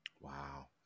wow